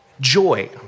joy